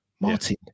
Martin